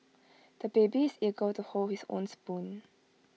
the baby is eager to hold his own spoon